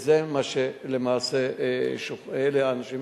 ואלה למעשה האנשים